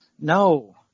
No